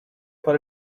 for